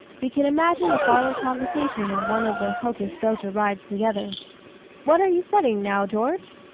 we can imagine the following conversation on one of their helter-skelter rides together what are you studying now, george?